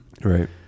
Right